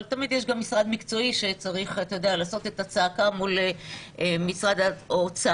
אבל תמיד יש גם משרד מקצועי שצריך לעשות את הצעקה מול משרד האוצר.